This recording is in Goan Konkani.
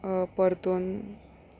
परतून